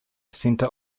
center